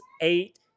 eight